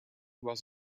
was